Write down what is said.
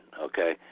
okay